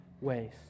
ways